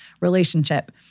relationship